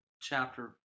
chapter